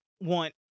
want